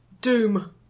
Doom